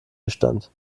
bestand